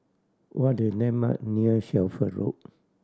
what are the landmark near Shelford Road